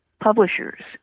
publishers